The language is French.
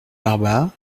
barba